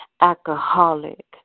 alcoholic